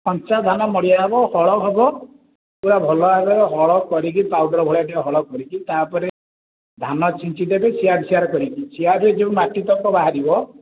କଞ୍ଚାଧାନ ମଡ଼ିଆ ହେବ ହଳ ହେବ ପୁରା ଭଲ ଭାବରେ ହଳ କରିକି ପାଉଡ଼ର୍ ଭଳିଆ ଟିକେ ହଳ କରିକି ତା ଉପରେ ଧାନ ଛିଞ୍ଚି ଦେବ ଯେଉଁ ମାଟି ତକ ବାହାରିବ